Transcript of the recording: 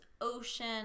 ocean